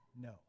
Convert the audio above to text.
No